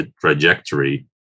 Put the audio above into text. trajectory